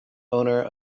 owner